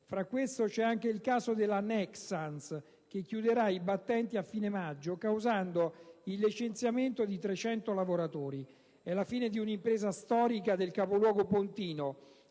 Fra queste c'è anche il caso della Nexans, che chiuderà i battenti a fine maggio, causando il licenziamento di 300 lavoratori. È la fine di un'impresa storica del capoluogo pontino,